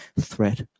threat